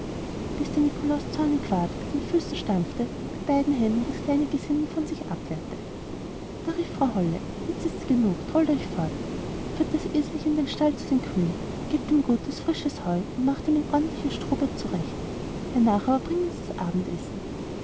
der nikolaus ganz zornig ward mit den füßen stampfte und mit beiden händen das kleine gesindel von sich abwehrte da rief frau holle jetzt ist's genug trollt euch fort führt das eselchen in den stall zu den kühen gebt ihm gutes frisches heu und macht ihm ein ordentliches strohbett zurecht hernach aber bringt uns das abendessen